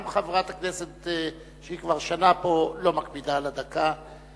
גם חברת הכנסת שהיא כבר שנה פה לא מקפידה על הדקה,